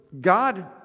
God